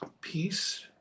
peace